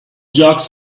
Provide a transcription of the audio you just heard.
jocks